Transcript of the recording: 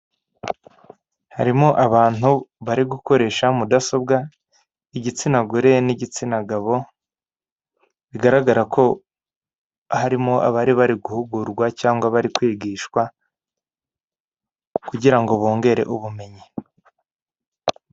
Harimo abantu bari gukoresha mudasobwa, igitsina gore n'igitsina gabo, bigaragara ko harimo abari bari guhugurwa cyangwa bari kwigishwa kugira ngo bongere ubumenyi.